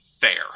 fair